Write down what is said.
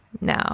No